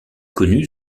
connue